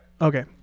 Okay